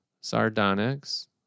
sardonyx